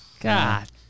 God